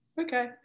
Okay